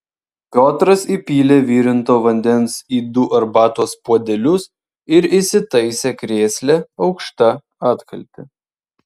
piotras įpylė virinto vandens į du arbatos puodelius ir įsitaisė krėsle aukšta atkalte